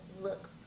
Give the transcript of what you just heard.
look